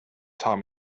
taught